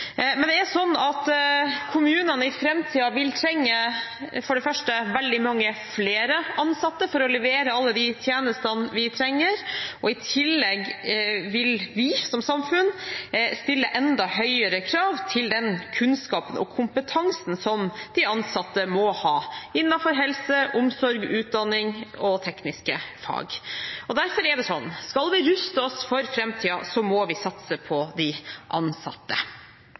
men kommunene vil i framtiden for det første trenge veldig mange flere ansatte for å levere alle de tjenestene vi trenger, og i tillegg vil vi som samfunn stille enda høyere krav til den kunnskapen og kompetansen som de ansatte må ha innenfor helse, omsorg, utdanning og tekniske fag. Derfor er det sånn at skal vi ruste oss for framtiden, må vi satse på de ansatte.